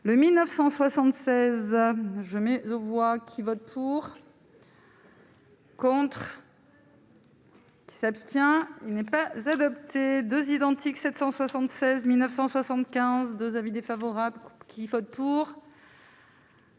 le 1976. Je mets aux voix qui vote pour. Contre. Qui s'abstient, il n'est pas adopté 2 identiques 776975 2 avis défavorables qui vote pour.